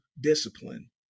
discipline